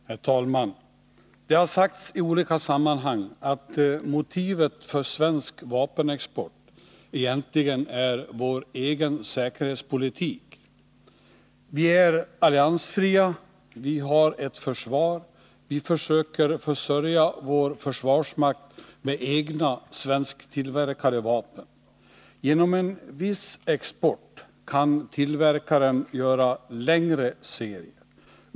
av ärenden röran Herr talman! Det har sagts i olika sammanhang att motivet för svensk de vapenexport vapenexport egentligen är vår egen säkerhet. Vi är alliansfria, vi har ett till Indonesien försvar, vi försöker försörja vår försvarsmakt med egna, svensktillverkade 157 vapen: Genom en viss export kan tillverkaren göra längre serier.